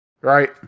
Right